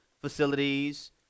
facilities